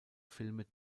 filme